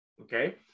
Okay